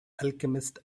alchemist